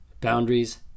Boundaries